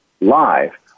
live